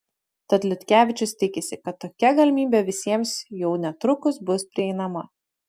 tad liutkevičius tikisi kad tokia galimybė visiems jau netrukus bus prieinama